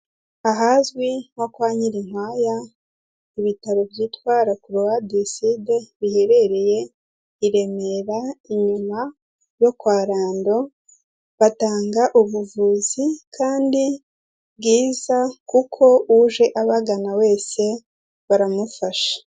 Ahazwi nko kwa NYIRINKWAYA ibitaro byitwa ''La croix de sud'' biherereye i Remera inyuma yo kwa Rando, batanga ubuvuzi kandi bwiza kuko uje abagana wese baramufasha.